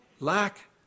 lack